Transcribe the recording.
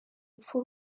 rupfu